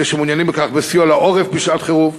אלה שמעוניינים בכך, בסיוע לעורף בשעת-חירום.